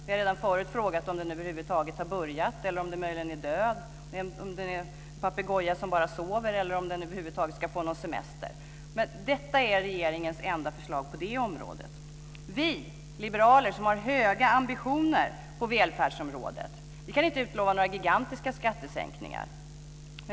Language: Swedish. Vi har redan förut frågat om den över huvud taget har börjat arbeta eller om den möjligen är död, om den är en papegoja som sover, eller om den över huvud taget ska få någon semester. Detta är regeringens enda förslag på det området. Vi liberaler, som har höga ambitioner på välfärdsområdet, kan inte utlova några gigantiska skattesänkningar.